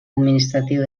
administratiu